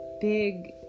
big